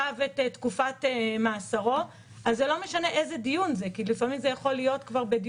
שיש בהן כדי להביא להגדלת מספר העצורים והאסירים שיובאו בכל יום לבתי